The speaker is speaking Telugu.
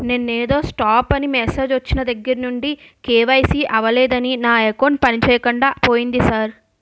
నిన్నేదో స్టాప్ అని మెసేజ్ ఒచ్చిన దగ్గరనుండి కే.వై.సి అవలేదని నా అకౌంట్ పనిచేయకుండా పోయింది సార్